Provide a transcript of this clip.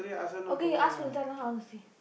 okay you ask Punitha lah I want to see